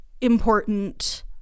important